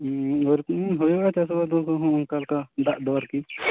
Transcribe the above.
ᱚᱭᱨᱚᱠᱚᱢ ᱦᱩᱭᱩᱜᱼᱟ ᱪᱟᱥᱵᱟᱥ ᱫᱚ ᱚᱱᱠᱟᱞᱮᱠᱟ ᱫᱟᱜ ᱫᱚ ᱟᱨ ᱠᱤ